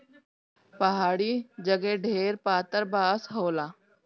पहाड़ी जगे ढेर पातर बाँस होला